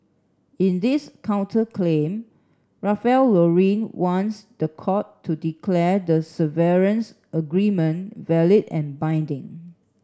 in this counterclaim Ralph Lauren wants the court to declare the severance agreement valid and binding